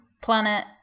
planet